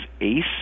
ACE